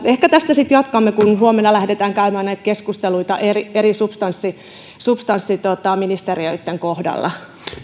ehkä tästä sitten jatkamme kun huomenna lähdetään käymään näitä keskusteluita eri eri substanssiministeriöitten substanssiministeriöitten kohdalla